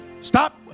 Stop